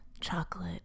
chocolate